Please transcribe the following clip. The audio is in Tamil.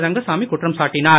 ரங்கசாமி குற்றம் சாட்டினார்